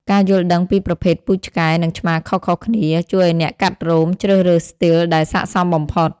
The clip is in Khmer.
ការយល់ដឹងពីប្រភេទពូជឆ្កែ និងឆ្មាខុសៗគ្នា ជួយឱ្យអ្នកកាត់រោម ជ្រើសរើសស្ទីលដែលស័ក្តិសមបំផុត។